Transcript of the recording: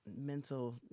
mental